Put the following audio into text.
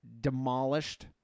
demolished